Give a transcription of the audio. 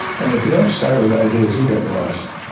and if you don't start with ideas you get lost.